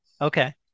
Okay